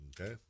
Okay